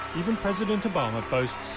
even president obama boasts